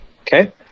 Okay